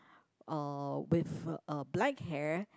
uh with uh black hair